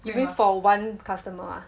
you mean for one customer ah